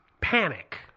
panic